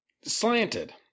slanted